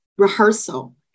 rehearsal